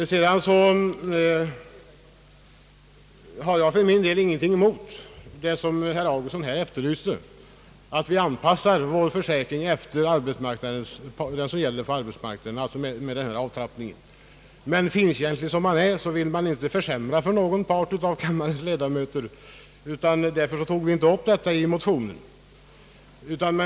För min del har jag ingenting emot det som herr Augustsson efterlyste, nämligen att vi anpassar vår försäkring efter vad som gäller för arbetsmarknaden, d.v.s. med den nämnda »avtrappningen». Finkänsliga som vi är, ville vi dock inte försämra förmånerna för någon av riksdagens ledamöter, och därför tog vi inte upp den detaljen i motionen.